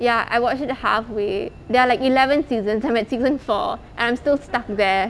ya I watched it halfway there are like eleven seasons I'm at season four and I'm still stuck there